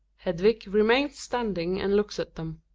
hedvig remains standing and looks at them.